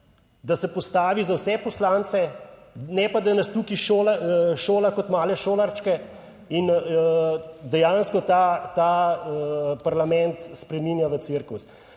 da se postavi za vse poslance ne pa, da nas tukaj šola kot male šolarčke in dejansko ta parlament spreminja v cirkus.